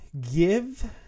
give